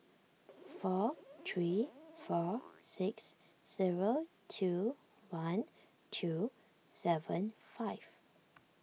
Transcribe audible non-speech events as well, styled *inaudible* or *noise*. *noise* four three four six zero two one two seven five